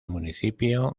municipio